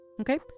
Okay